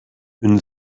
une